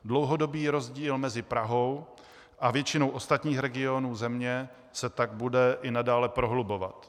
Dlouhodobý rozdíl mezi Prahou a většinou ostatních regionů země se tak bude i nadále prohlubovat.